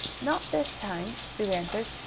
not this time, sue answered.